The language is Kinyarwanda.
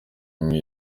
imwe